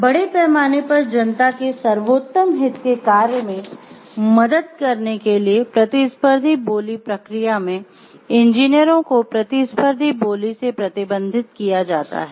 बड़े पैमाने पर जनता के सर्वोत्तम हित के कार्य में मदद करने के लिए "प्रतिस्पर्धी बोली प्रक्रिया" में इंजीनियरों को प्रतिस्पर्धी बोली से प्रतिबंधित किया जाता है